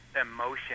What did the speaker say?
emotion